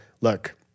look